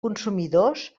consumidors